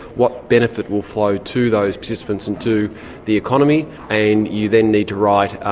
what benefit will flow to those participants and to the economy. and you then need to write,